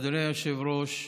אדוני היושב-ראש,